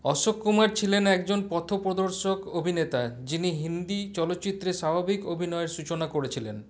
অশোক কুমার ছিলেন একজন পথপ্রদর্শক অভিনেতা যিনি হিন্দি চলচ্চিত্রে স্বাভাবিক অভিনয়ের সূচনা করেছিলেন